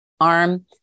arm